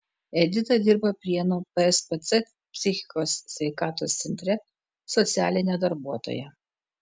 edita dirba prienų pspc psichikos sveikatos centre socialine darbuotoja